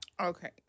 Okay